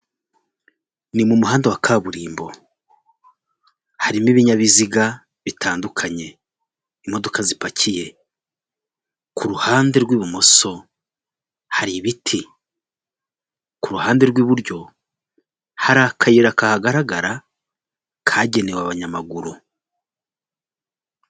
Ni mu muhanda wa kaburimbo, harimo ibinyabiziga bitandukanye, imodoka zipakiye, ku ruhande rw'ibumoso hari ibiti, ku ruhande rw'iburyo hari akayira kagaragara kagenewe abanyamaguru.